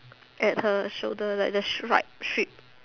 it's a shoulder like the shrike shrike